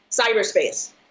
cyberspace